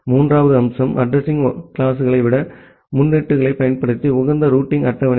மூன்றாவது அம்சம் அட்ரஸிங் வகுப்புகளை விட முன்னொட்டுகளைப் பயன்படுத்தி உகந்த ரூட்டிங் அட்டவணை